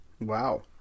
Wow